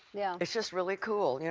yeah. it's just really cool. yeah